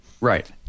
Right